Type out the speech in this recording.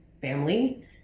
family